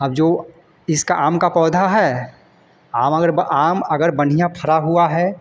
अब जो इसका आम का पौधा है आम अगर आम अगर बढ़िया फला हुआ है